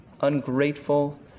ungrateful